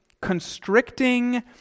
constricting